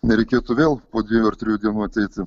nereikėtų vėl po dviejų ar trijų dienų ateiti